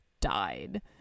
died